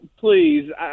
please